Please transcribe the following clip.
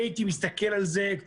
אני מבקש לחבר את אבי בן